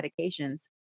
medications